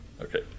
Okay